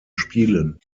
spielen